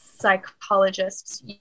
psychologists